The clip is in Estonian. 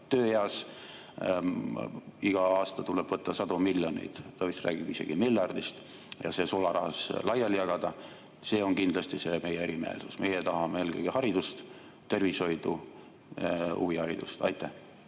tööeas. Iga aasta tuleb võtta sadu miljoneid – ta vist räägib isegi miljardist – ja see sularahas laiali jagada. See on kindlasti meie erimeelsus. Meie tahame eelkõige haridust, tervishoidu ja huviharidust. Aitäh!